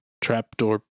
trapdoor